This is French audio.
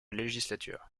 législature